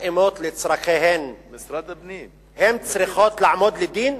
מתאימות לצורכיהן, צריכות לעמוד לדין?